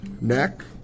neck